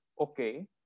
okay